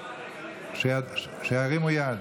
שירימו יד.